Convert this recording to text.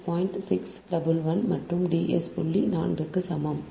611 மற்றும் D s புள்ளி 4 க்கு சமம்